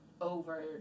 over